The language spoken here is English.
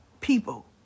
people